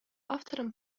авторам